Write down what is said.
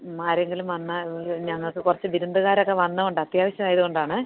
ആരെങ്കിലും വന്നാൽ ഞങ്ങൾക്ക് കുറച്ച് വിരുന്നുകാരൊക്കെ വന്നതുകൊണ്ടാണ് അത്യാവശ്യമായത് കൊണ്ടാണ്